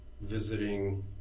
visiting